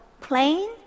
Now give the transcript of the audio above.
plane